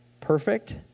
perfect